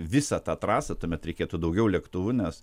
visą tą trasą tuomet reikėtų daugiau lėktuvų nes